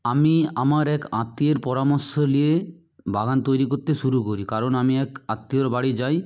আমি আমার এক আত্মীয়ের পরামর্শ নিয়ে বাগান তৈরি করতে শুরু করি কারণ আমি এক আত্মীয়র বাড়ি যাই